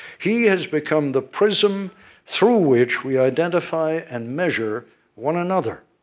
he has become the prism through which we identify and measure one another.